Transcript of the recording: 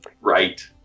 right